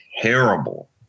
terrible